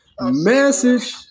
Message